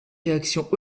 réactions